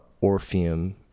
Orpheum